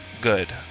good